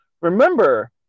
remember